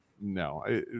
no